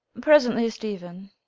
presently, stephen.